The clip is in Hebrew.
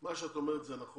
מה שאת אומרת, זה נכון.